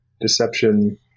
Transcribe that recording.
deception